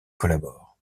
collabore